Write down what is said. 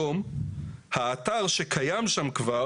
האתר שקיים היום,